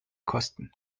kosten